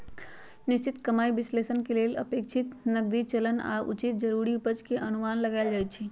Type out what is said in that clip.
निश्चित कमाइ विश्लेषण के लेल अपेक्षित नकदी चलन आऽ उचित जरूरी उपज के अनुमान लगाएल जाइ छइ